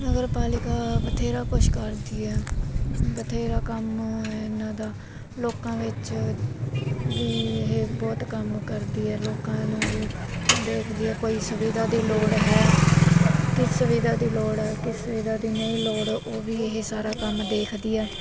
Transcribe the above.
ਨਗਰਪਾਲਿਕਾ ਬਥੇਰਾ ਕੁਛ ਕਰਦੀ ਹੈ ਬਥੇਰਾ ਕੰਮ ਇਹਨਾਂ ਦਾ ਲੋਕਾਂ ਵਿੱਚ ਵੀ ਇਹ ਬਹੁਤ ਕੰਮ ਕਰਦੀ ਹੈ ਲੋਕਾਂ ਨੂੰ ਦੇਖਦੀ ਆ ਕੋਈ ਸੁਵਿਧਾ ਦੀ ਲੋੜ ਹੈ ਕਿਸ ਸੁਵਿਧਾ ਦੀ ਲੋੜ ਕਿਸ ਸੁਵਿਧਾ ਦੀ ਨਹੀਂ ਲੋੜ ਉਹ ਵੀ ਇਹ ਸਾਰਾ ਕੰਮ ਦੇਖਦੀ ਆ